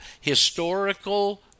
Historical